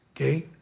Okay